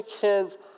kids